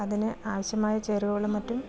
അതിനു ആവശ്യമായ ചേരുവകളും മറ്റും